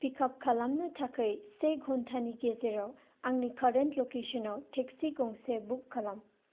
pickup खालामनो थाखाय से घन्टानि गेजेराव आंनि कारेन्ट लकेसन आव टेक्सि गंसे बुक खालाम